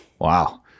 Wow